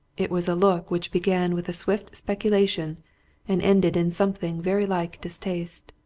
it was a look which began with a swift speculation and ended in something very like distaste.